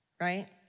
Right